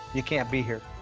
you can't be here.